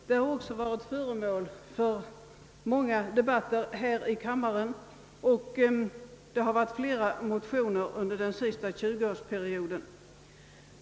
Den har också varit föremål för långa debatter här i kammaren, och det har väckts flera motioner i ämnet under den senaste 20-årsperioden.